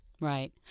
Right